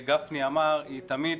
אחר כך היא תיכנס.